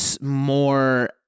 more